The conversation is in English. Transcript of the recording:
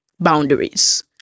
boundaries